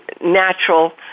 natural